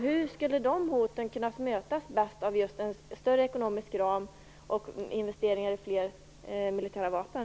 Hur skulle de hoten bäst kunna mötas - är det i form av en större ekonomisk ram och investeringar i fler militärvapen?